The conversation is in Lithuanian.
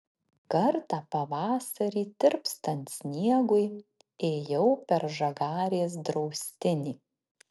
kartą pavasarį tirpstant sniegui ėjau per žagarės draustinį